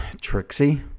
Trixie